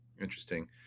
Interesting